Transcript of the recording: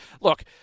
look